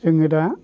जोङो दा